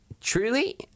truly